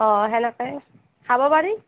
অ হেনেকে চাব পাৰি